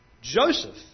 Joseph